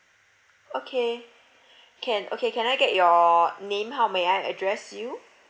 okay can okay can I get your name how may I address you